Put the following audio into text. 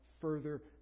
further